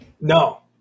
No